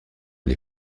les